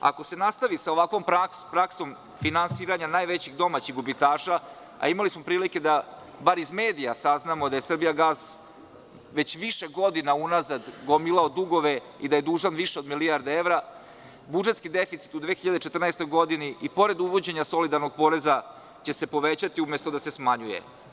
Ako se nastavi ovakvom praksom fiksiranja najvećih domaćih gubitaša, a imali smo prilike da bar iz medija saznamo da je „Srbijagas“ već više godine unazad gomilao dugove i da je dužan više od milijardu evra, budžetski deficit u 2014. godini i pored uvođenja solidarnog poreza će se povećati umesto da se smanjuje.